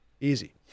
Easy